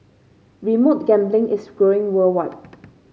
remote gambling is growing worldwide